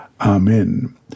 Amen